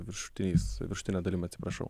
viršutiniais viršutine dalim atsiprašau